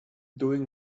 doing